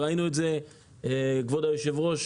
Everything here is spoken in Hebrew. כבוד היושב-ראש,